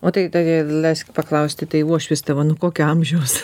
o tai tai leiskit paklausti tai uošvis tavo nu kokio amžiaus